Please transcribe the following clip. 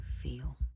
feel